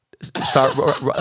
Start